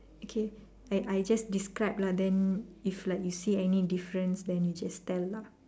okay I I just describe lah then if like you see any difference then you just tell lah